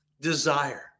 desire